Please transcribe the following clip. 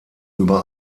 über